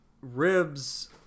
ribs